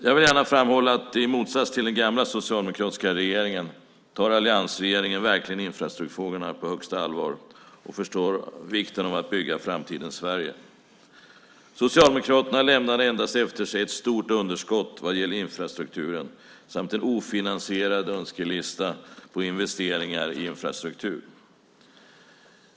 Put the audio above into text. Jag vill gärna framhålla att alliansregeringen i motsats till den gamla socialdemokratiska regeringen verkligen tar infrastrukturfrågorna på största allvar och förstår vikten av att bygga framtidens Sverige. Socialdemokraterna lämnade efter sig endast ett stort underskott vad gäller infrastrukturen samt en ofinansierad önskelista över investeringar i infrastruktur.